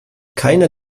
keiner